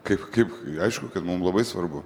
kaip kaip aišku kad mums labai svarbu